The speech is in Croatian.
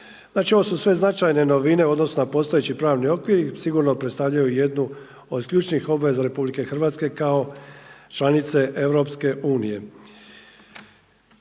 Znači, ovo su sve značajne novine u odnosu na postojeći pravni okvir i sigurno predstavljaju jednu od ključnih obveza RH kao članice EU.